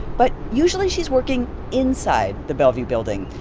but usually, she's working inside the bellevue building.